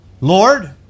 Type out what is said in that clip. Lord